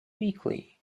weekly